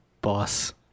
boss